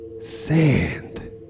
Sand